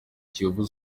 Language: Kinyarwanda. kiyovu